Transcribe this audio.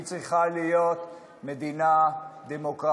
היא צריכה להיות מדינה דמוקרטית.